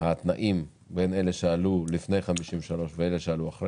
התנאים בין אלה שעלו לפני 53' לאלה שעלו אחרי